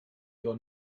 your